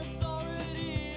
authority